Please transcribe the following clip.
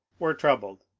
were troubled.